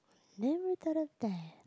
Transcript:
never gonna die